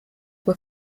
were